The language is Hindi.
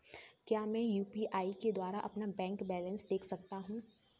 क्या मैं यू.पी.आई के द्वारा अपना बैंक बैलेंस देख सकता हूँ?